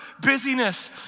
busyness